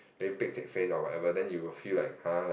very pek-cek face or whatever then you will feel like !huh! like